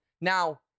Now